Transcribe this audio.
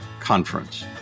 conference